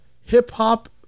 hip-hop